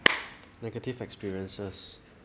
negative experiences